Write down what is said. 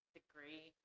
degree